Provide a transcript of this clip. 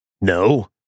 No